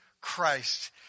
Christ